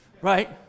right